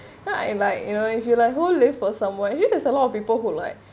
ya and like you know if you like who live for someone actually there's a lot of people who like